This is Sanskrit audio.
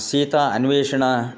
सीता अन्वेषणम्